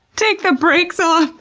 take the brakes off!